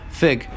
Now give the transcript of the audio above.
fig